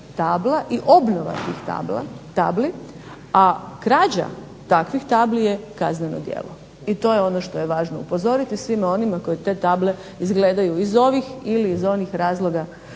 i obnova tih tabli, a krađa takvih tabli je kazneno djelo. I to je važno upozoriti onima koji te table izgledaju ili iz ovih ili onih razloga